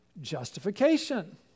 justification